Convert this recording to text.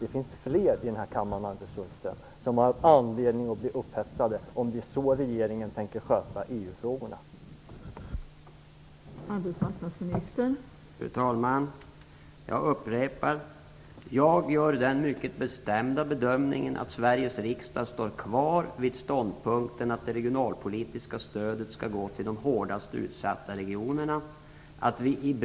Det finns fler i denna kammare, Anders Sundström, som har anledning att bli upphetsade om regeringen tänker sköta EU frågorna på detta sätt.